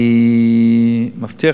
אני מבטיח